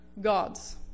gods